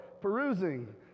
perusing